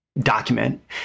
document